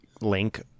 Link